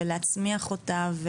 ולהצמיח אותה,